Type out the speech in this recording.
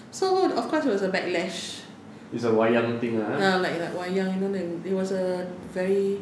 so of course there was a backlash ya like like wayang you know the it was a very